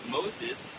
Moses